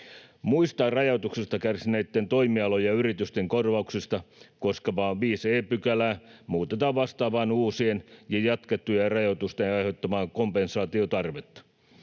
Muista rajoituksista kärsineitten toimialojen ja yritysten korvauksia koskevaa 5 e §:ää muutetaan vastaamaan uusien ja jatkettujen rajoitusten aiheuttamaa kompensaatiotarvetta.